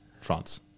France